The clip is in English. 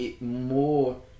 more